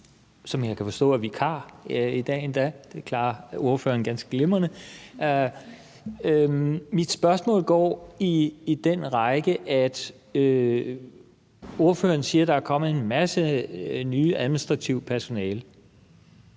som jeg endda kan forstå er vikar i dag. Det klarer ordføreren ganske glimrende. Mit spørgsmål går på, at ordføreren siger, at der er kommet en masse nyt administrativt personale.